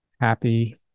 happy